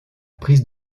prise